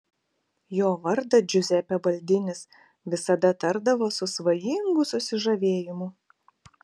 jo vardą džiuzepė baldinis visada tardavo su svajingu susižavėjimu